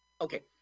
Okay